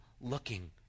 looking